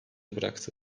bıraktı